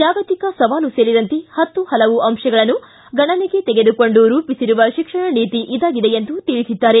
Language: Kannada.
ಜಾಗತಿಕ ಸವಾಲು ಸೇರಿದಂತೆ ಹತ್ತು ಹಲವು ಅಂಶಗಳನ್ನು ಗಣನೆಗೆ ತೆಗೆದುಕೊಂಡು ರೂಪಿಸಿರುವ ಶಿಕ್ಷಣ ನೀತಿ ಇದಾಗಿದೆ ಎಂದು ತಿಳಿಸಿದ್ದಾರೆ